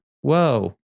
whoa